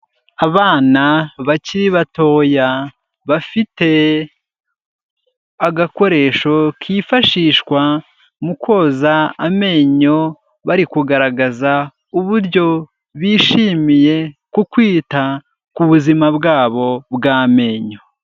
Abana bakiri batoya bafite agakoresho kifashishwa mu koza amenyo, bari kugaragaza uburyo bishimiye ku kwita ku buzima bwabo bw'amenyo.